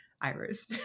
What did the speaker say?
Iris